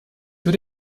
für